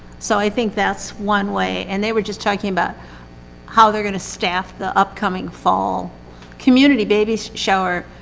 so i think that's one way. and they were just talking about how they're gonna staff the upcoming fall community baby shower